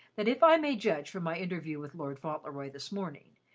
that if i may judge from my interview with lord fauntleroy this morning,